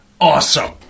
Awesome